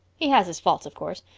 he has his faults of course.